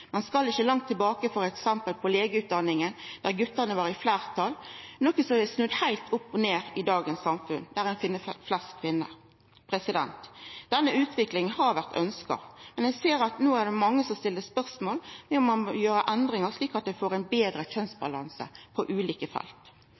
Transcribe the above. Ein skal ikkje så langt tilbake i tid før ein ser at gutane var i fleirtal f.eks. på legeutdanninga, men det er snudd heilt opp ned i dagens samfunn, og ein finn no flest kvinner der. Denne utviklinga har vore ønskt, men eg ser at det no er mange som stiller spørsmål ved om ein må gjera endringar, slik at ein får ein betre